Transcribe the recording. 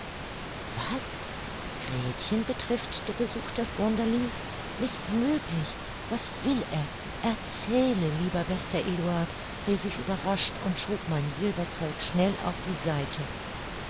wie gretchen betrifft der besuch des sonderlings nicht möglich was will er erzähle lieber bester eduard rief ich überrascht und schob mein silberzeug schnell auf die seite